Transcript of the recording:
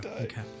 okay